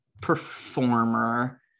performer